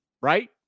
Right